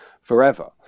forever